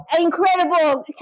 Incredible